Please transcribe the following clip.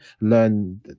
learn